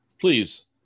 please